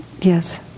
Yes